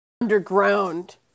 Underground